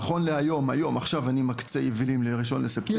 נכון להיום היום עכשיו אני מקצה יבילים ל-1 בספטמבר.